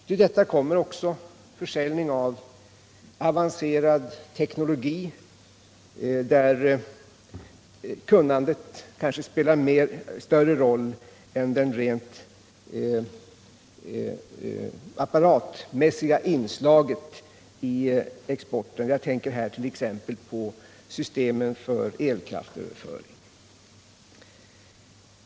Till detta kommer också försäljning av avancerad teknologi, där kunnandet spelar större roll än det rent apparatmässiga inslaget i exporten. Jag tänker här t.ex. på systemet för elkraftöverföring.